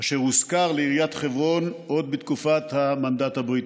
אשר הושכר לעיריית חברון עוד בתקופת המנדט הבריטי.